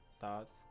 Thoughts